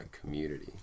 community